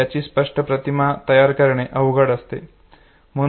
याची स्पष्ट प्रतिमा तयार करणे अवघड असते